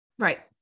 Right